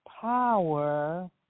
power